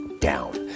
down